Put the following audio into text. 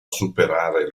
superare